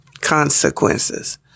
Consequences